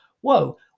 whoa